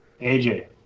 AJ